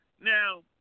Now